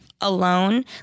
alone